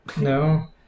No